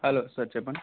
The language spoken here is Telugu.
హలో సార్ చెప్పండి